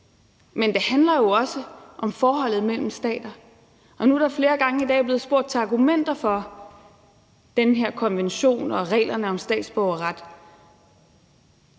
dels om forholdet mellem stater. Nu er der flere gange i dag blevet spurgt til argumenter for den her konvention og reglerne om statsborgerret.